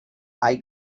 hay